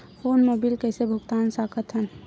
Phone मा bill कइसे भुक्तान साकत हन?